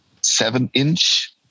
seven-inch